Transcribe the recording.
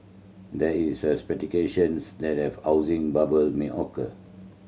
there is speculation that a housing bubble may occur